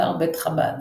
אתר בית חב"ד